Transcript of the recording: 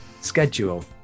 Schedule